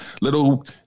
little